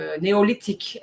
Neolithic